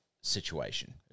situation